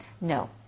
No